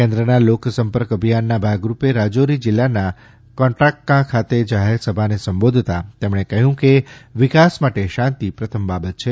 કેન્દ્રના લોકસંપર્ક અભિયાનના ભાગરૂપે રાજૌરી જિલ્લાના કોન્દ્રાન્કા ખાતે જાહેરસભાને સંબોધતાં તેમણે કહ્યુંકે વિકાસ માટે શાંતિ પ્રથમ બાબત છે